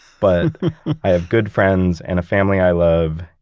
but i have good friends and a family i love,